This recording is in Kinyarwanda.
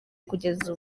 kugeza